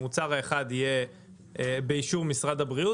מוצר אחד יהיה באישור משרד הבריאות